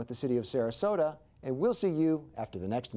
with the city of sarasota and we'll see you after the next